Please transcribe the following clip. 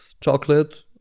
chocolate